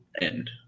end